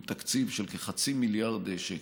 עם תקציב של כחצי מיליארד שקל.